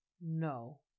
No